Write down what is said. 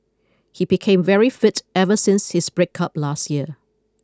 he became very fit ever since his breakup last year